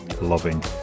Loving